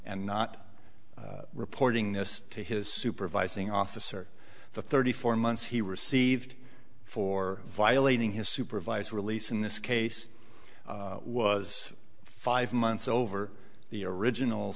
and not reporting this to his supervising officer the thirty four months he received for violating his supervised release in this case was five months over the original